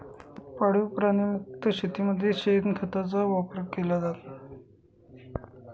पाळीव प्राणी मुक्त शेतीमध्ये शेणखताचा वापर केला जात नाही